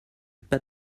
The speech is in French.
pas